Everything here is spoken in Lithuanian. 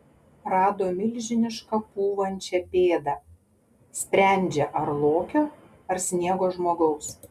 rado milžinišką pūvančią pėdą sprendžia ar lokio ar sniego žmogaus